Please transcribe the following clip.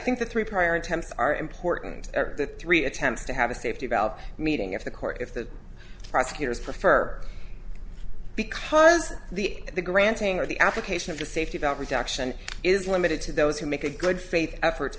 think the three prior attempts are important that three attempts to have a safety valve meeting of the court if the prosecutors prefer because the the granting of the application of the safety of our production is limited to those who make a good faith effort